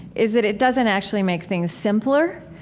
is that it doesn't actually make things simpler,